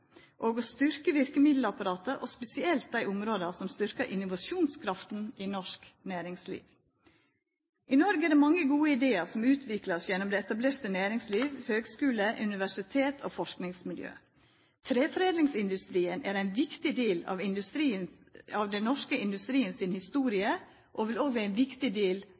og vi vil styrkja verkemiddelapparatet – spesielt på dei områda som styrkjer innovasjonskrafta i norsk næringsliv. I Noreg er det mange gode idear som vert utvikla gjennom det etablerte næringslivet, høgskulane, universiteta og forskingsmiljøa. Trefordelingsindustrien er ein viktig del av den norske industrien si historie og vil òg vera ein viktig del